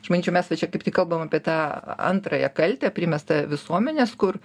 aš manyčiau mes va čia kaip tik kalbam apie tą antrąją kaltę primestą visuomenės kur